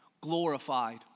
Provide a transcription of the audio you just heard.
glorified